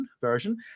version